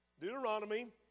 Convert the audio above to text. Deuteronomy